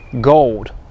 gold